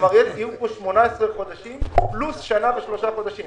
יהיה דיון 18 חודשים פלוס שנה ושלושה חודשים.